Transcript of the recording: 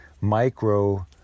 micro